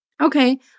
Okay